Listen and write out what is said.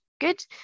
good